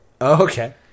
Okay